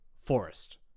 forest